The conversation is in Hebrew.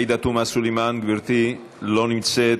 עאידה תומא סולימאן, לא נמצאת,